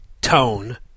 tone